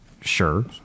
sure